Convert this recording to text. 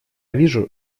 вижу